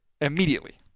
Immediately